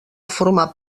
formar